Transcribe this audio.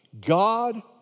God